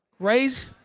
grace